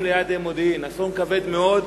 אסון כבד מאוד,